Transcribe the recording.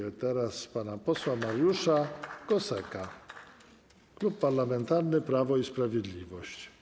Poprosimy teraz pana posła Mariusza Goska, Klub Parlamentarny Prawo i Sprawiedliwość.